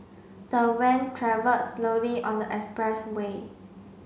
the van travelled slowly on the expressway